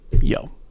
yo